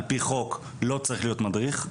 על פי חוק לא צריך להיות מדריך.